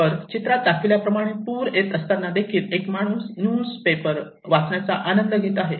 वर चित्रात दाखवल्याप्रमाणे पूर येत असतानादेखील एक माणूस न्युज पेपर वाचण्याचा आनंद घेत आहे